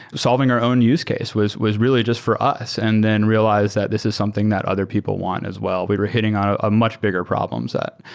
solving our own use case was was really just for us and then realized that this is something that other people want as well. we were hitting on a ah much bigger problem set.